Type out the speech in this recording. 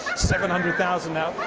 seven hundred thousand now,